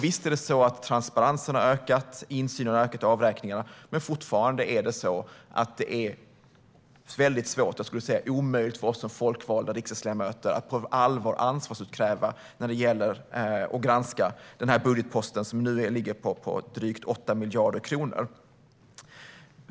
Visst har transparensen ökat, och insynen i avräkningarna har ökat, men fortfarande är det väldigt svårt, om inte omöjligt, för oss som folkvalda riksdagsledamöter att på allvar kräva ut ansvar och granska denna budgetpost, som nu ligger på drygt 8 miljarder kronor.